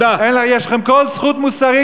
חבר הכנסת